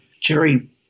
Jerry